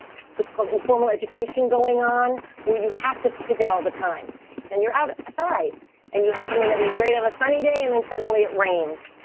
what's called informal education going on, where you have to pivot all the time and you're out outside and you have something that would be great on a sunny day, and then suddenly it rains.